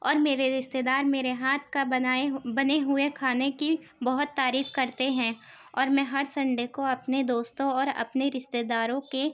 اور میرے رشتے دار میرے ہاتھ کا بنائے ہو بنے ہوئے کھانے کی بہت تعریف کرتے ہیں اور میں ہر سنڈے کو اپنے دوستوں اور اپنے رشتے داروں کے